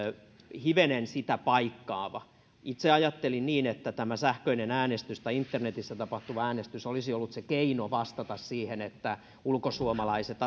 hivenen sitä paikkaava itse ajattelin niin että tämä sähköinen äänestys tai internetissä tapahtuva äänestys olisi ollut se keino vastata siihen että ulkosuomalaiset